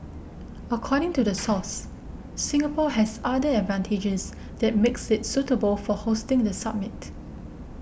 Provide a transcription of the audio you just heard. according to the source Singapore has other advantages that makes it suitable for hosting the summit